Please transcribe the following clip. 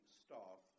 staff